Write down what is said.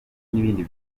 n’ibindi